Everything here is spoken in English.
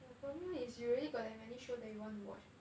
the problem is you really got that many show that you want to watch meh